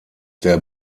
der